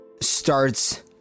starts